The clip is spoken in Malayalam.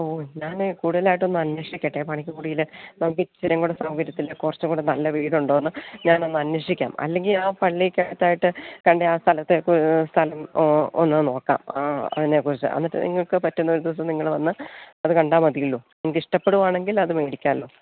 ഓ ഞാൻ കൂടുതലായിട്ടൊന്നു അന്വേഷിക്കട്ടെ പണിക്കംകുടിയിൽ നമുക്ക് ഇച്ചിരിയും കൂടെ സൗകര്യത്തിൽ കുറച്ചും കൂടെ നല്ല വീട് ഉണ്ടോ എന്ന് ഞാൻ ഒന്ന് അന്വേഷിക്കാം അല്ലെങ്കിൽ ആ പള്ളിക്ക് അകത്തായിട്ട് കണ്ട ആ സ്ഥലത്ത് സ്ഥലം ഒന്ന് നോക്കാം അതിനെ കുറിച്ചു എന്നിട്ട് നിങ്ങൾക്ക് പറ്റുന്ന ഒരു ദിവസം നിങ്ങൾ വന്നു അത് കണ്ടാൽ മതിയല്ലോ നിങ്ങൾക്ക് ഇഷ്ടപ്പെടുകയാണെങ്കിൽ അത് മേടിക്കാമല്ലോ